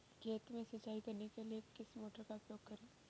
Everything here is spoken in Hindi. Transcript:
खेत में सिंचाई करने के लिए किस मोटर का उपयोग करें?